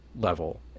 level